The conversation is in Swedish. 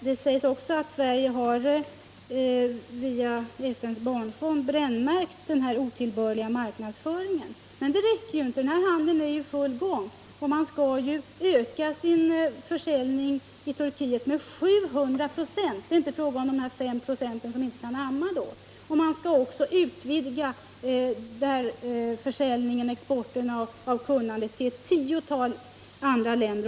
Det sägs också i svaret att Sverige inom FN:s barnfond har ”brännmärkt den otillbörliga marknadsföring av industritillverkade bröstmjölksersättningsmedel som förekommer”. Men det räcker inte. Handeln är ju i full gång, och försäljningen till Turkiet skall öka med 700 96. Det är inte fråga om bara de 5 96 mödrar som inte kan amma. Man skall dessutom utvidga försäljningen till ett tiotal andra länder.